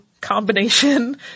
combination